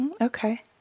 Okay